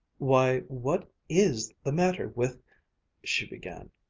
why, what is the matter with she began.